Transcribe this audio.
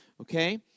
okay